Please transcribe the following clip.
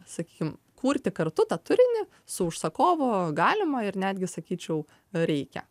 sakykim kurti kartu tą turinį su užsakovu galima ir netgi sakyčiau reikia